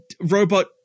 robot